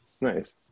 nice